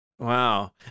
Wow